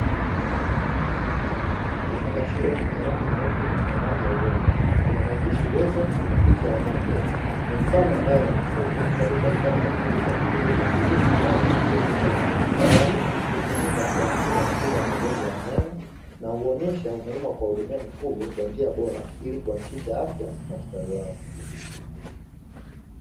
Kifungashio chenye rangi nyeupe na rangi ya udongo, kina maandishi na picha ya ng'ombe, ni mfano wa dawa za mifugo zinazopatikana kwenye maduka ya pembejeo za kilimo na dawa za mifugo, dawa hizi hutumika kuwakinga na magonjwa ya wanyama na huonyesha umuhimu wa kuhudumiwa mifugo kwa njia bora ili kuhakikisha afya na ustawi wao.